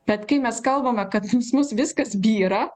tad kai mes kalbame kad pas mus viskas byra